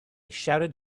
shouted